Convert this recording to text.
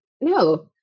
no